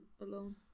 alone